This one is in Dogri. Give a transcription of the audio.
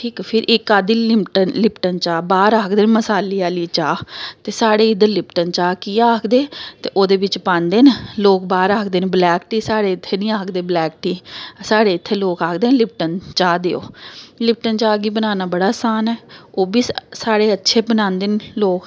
ठीक फिर इक औंदी लींमटन लिप्टन चाह् बाह्र आखदे न मसाले आह्ली चाह् ते साढ़े इद्धर लिप्टन चाह् की आखदे ते ओह्दे बिच्च पांदे न लोक बाह्र आखदे न ब्लैक टी साढ़े इत्थै निं आखदे ब्लैक टी साढ़े इत्थै लोक आखदे न लिप्टन चाह् देओ लिप्टन चाह् गी बनाना बड़ा असान ऐ ओह् बी साढ़ साढ़े अच्छे बनांदे न लोक